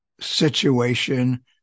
situation